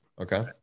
Okay